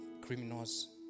criminals